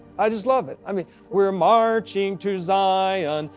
i just love it. i mean we're marching to zion,